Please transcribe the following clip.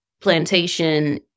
Plantation